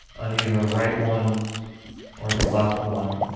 on either the right one or the left one.